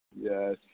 Yes